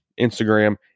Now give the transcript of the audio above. Instagram